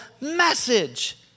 message